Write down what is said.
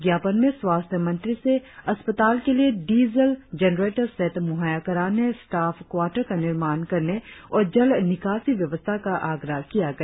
ज्ञापन में स्वास्थ्य मंत्री से अस्पताल के लिए डीजल जेनरेटर सेट मुहैया कराने स्टाफ क्वाटर का निर्माण करने और जल निकासी व्यवस्था का आग्रह किया गया